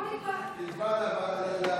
עבודה ורווחה.